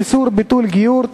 איסור ביטול גיור),